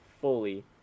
fully